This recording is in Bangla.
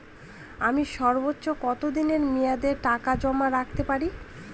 আমি সর্বোচ্চ কতদিনের মেয়াদে টাকা জমা রাখতে পারি?